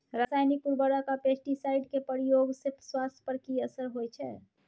रसायनिक उर्वरक आ पेस्टिसाइड के प्रयोग से स्वास्थ्य पर कि असर होए छै?